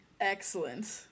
Excellent